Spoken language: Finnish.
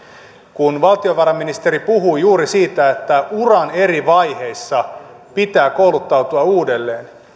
kun valtiovarainministeri puhui juuri siitä että uran eri vaiheissa pitää kouluttautua uudelleen